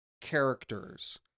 characters